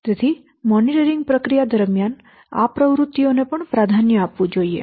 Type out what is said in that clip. તેથી મોનિટરિંગ પ્રક્રિયા દરમિયાન આ પ્રવૃત્તિઓને પણ પ્રાધાન્ય આપવું જોઈએ